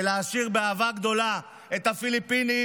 ולהשאיר באהבה גדולה את הפיליפינים,